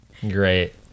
Great